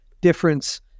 difference